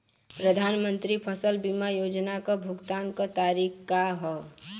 प्रधानमंत्री फसल बीमा योजना क भुगतान क तरीकाका ह?